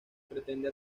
pretende